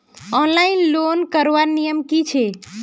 Online loan करवार नियम की छे?